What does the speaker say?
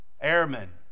airmen